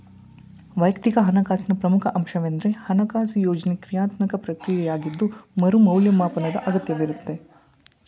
ವೈಯಕ್ತಿಕ ಹಣಕಾಸಿನ ಪ್ರಮುಖ ಅಂಶವೆಂದ್ರೆ ಹಣಕಾಸು ಯೋಜ್ನೆ ಕ್ರಿಯಾತ್ಮಕ ಪ್ರಕ್ರಿಯೆಯಾಗಿದ್ದು ಮರು ಮೌಲ್ಯಮಾಪನದ ಅಗತ್ಯವಿರುತ್ತೆ